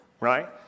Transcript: right